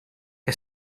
que